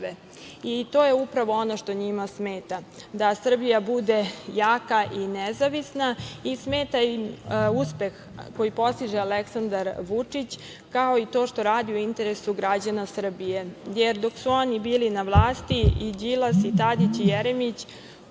je upravo ono što njima smeta, da Srbija bude jaka i nezavisna i smeta im uspeh koji postiže Aleksandar Vučić, kao i to što radi u interesu građana Srbije. Jer, dok su oni bili na vlasti Đilas, Tadić i Jeremić,